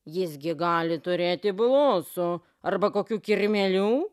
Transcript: jis gi gali turėti blusų arba kokių kirmėlių